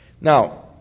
Now